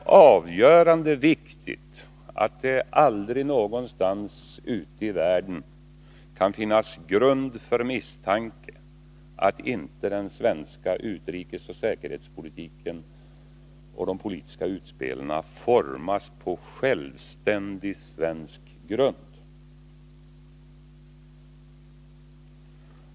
Av avgörande betydelse är att det aldrig någonstans ute i världen kan finnas grund för misstanken att inte den svenska utrikesoch säkerhetspolitiken och de politiska utspelen formas självständigt och på svensk grund.